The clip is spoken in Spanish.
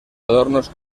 adornos